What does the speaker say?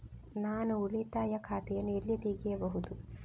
ನಾನು ಉಳಿತಾಯ ಖಾತೆಯನ್ನು ಎಲ್ಲಿ ತೆಗೆಯಬಹುದು?